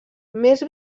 més